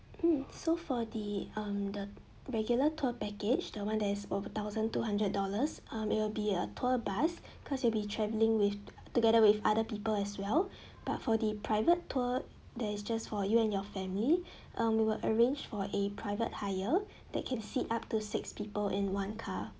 hmm so for the um the regular tour package the one that is of thousand two hundred dollars uh it will be a tour bus cause you'll be traveling with together with other people as well but for the private tour there is just for you and your family um we will arrange for a private hire that can seat up to six people in one car